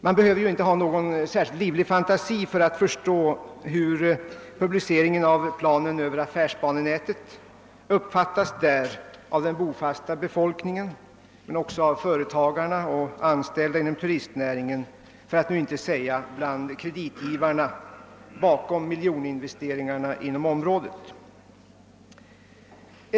Man behöver inte ha någon särskilt livlig fantasi för att förstå hur publiceringen av planen över affärsbanenätet uppfattas där av den bofasta befolkningen, men också av företagare och anställda inom turistnäringen för att inte säga bland kreditgivarna bakom miljoninvesteringarna inom området.